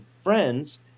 friends